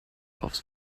aufs